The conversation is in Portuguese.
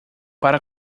para